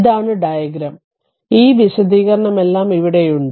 ഇതാണ് ഡയഗ്രം ഈ വിശദീകരണമെല്ലാം ഇവിടെയുണ്ട്